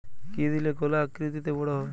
কি দিলে কলা আকৃতিতে বড় হবে?